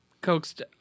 coaxed